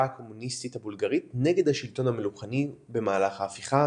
הקומוניסטית הבולגרית נגד השלטון המלוכני במהלך ההפיכה